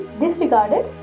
disregarded